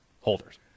holders